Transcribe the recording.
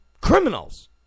criminals